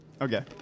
Okay